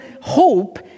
hope